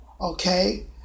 Okay